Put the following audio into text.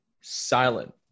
silent